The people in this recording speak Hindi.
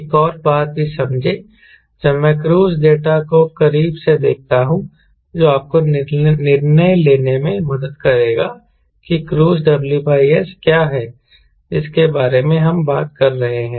एक और बात भी समझें जब मैं क्रूज़ डेटा को करीब से देखता हूं जो आपको निर्णय लेने में मदद करेगा कि क्रूज़ WS क्या है जिसके बारे में हम बात कर रहे हैं